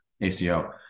ACO